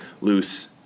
loose